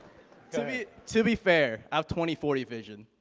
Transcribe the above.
i mean to be fair, i have twenty forty vision.